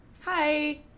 Hi